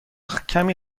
کمی